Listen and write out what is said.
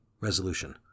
Resolution